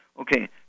Okay